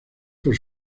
por